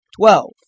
Twelve